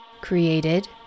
Created